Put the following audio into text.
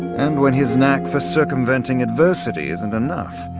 and when his knack for circumventing adversity isn't enough,